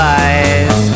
eyes